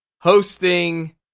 hosting